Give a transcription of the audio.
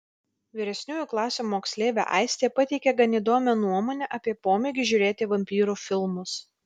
vyresniųjų klasių moksleivė aistė pateikė gan įdomią nuomonę apie pomėgį žiūrėti vampyrų filmus